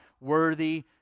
worthy